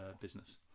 business